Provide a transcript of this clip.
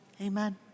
Amen